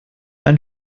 ein